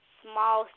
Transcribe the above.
small